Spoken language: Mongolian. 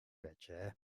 байжээ